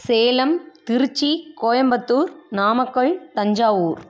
Salem Tiruchi Coimbatore Namakkal Thanjavur